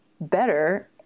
better